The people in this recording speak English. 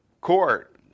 court